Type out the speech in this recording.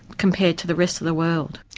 compared to the rest of the world.